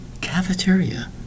Cafeteria